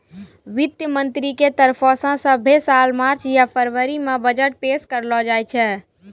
वित्त मंत्रालय के तरफो से सभ्भे साल मार्च या फरवरी मे बजट पेश करलो जाय छै